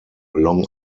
long